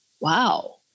wow